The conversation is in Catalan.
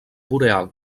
boreal